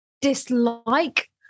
dislike